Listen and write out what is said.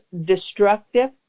destructive